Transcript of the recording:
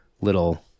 little